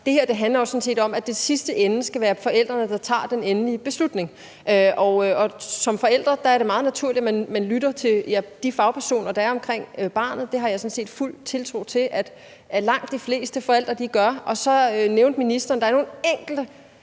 at det her jo sådan set handler om, at det i sidste ende skal være forældrene, der tager den endelige beslutning, og som forældre er det meget naturligt, at man lytter til de fagpersoner, der er omkring barnet. Det har jeg sådan set fuld tiltro til at langt de fleste forældre gør. Så nævnte ministeren, at der er nogle enkelte